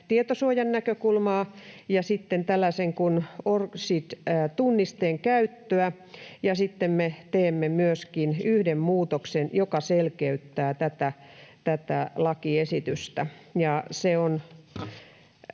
tietosuojan näkökulmaa ja sitten tällaisen ORCID-tunnisteen käyttöä, ja teemme myöskin yhden muutoksen, joka selkeyttää tätä lakiesitystä.